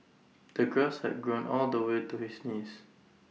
the grass had grown all the way to his knees